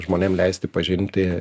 žmonėm leisti pažinti